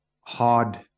hard